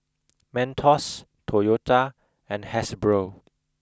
Mentos Toyota and Hasbro